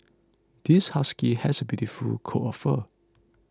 this husky has a beautiful coat of fur